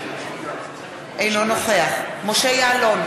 אינו נוכח משה יעלון,